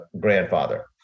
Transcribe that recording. grandfather